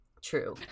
True